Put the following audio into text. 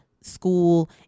school